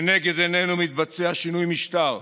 לנגד עינינו מתבצע שינוי משטר.